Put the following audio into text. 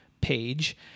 page